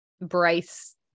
Bryce